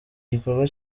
gikorwa